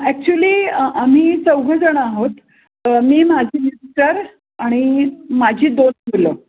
actually आम्ही चौघं जण आहोत मी माझी मिस्टर आणि माझी दोन मुलं